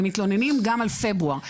הם מתלוננים גם על פברואר.